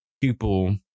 people